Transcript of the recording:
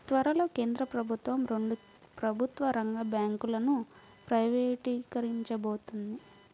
త్వరలో కేంద్ర ప్రభుత్వం రెండు ప్రభుత్వ రంగ బ్యాంకులను ప్రైవేటీకరించబోతోంది